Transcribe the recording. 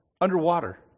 Underwater